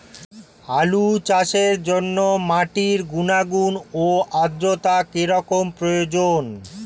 আলু চাষের জন্য মাটির গুণাগুণ ও আদ্রতা কী রকম প্রয়োজন?